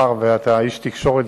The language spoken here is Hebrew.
ממוחזרים בהיקף 20% מסך הצריכה.